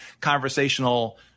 conversational